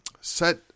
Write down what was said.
set